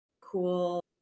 cool